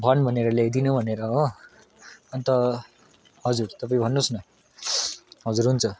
भन भनेर ल्याइदिनु भनेर हो अन्त हजुर तपाईँ भन्नुहोस् न हजुर हुन्छ